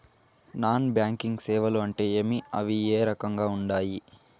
non banking సేవలు అంటే ఏమి అవి ఏ రకంగా ఉండాయి